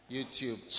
YouTube